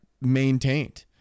maintained